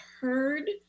heard